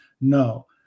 No